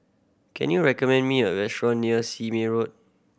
can you recommend me a restaurant near Sime Road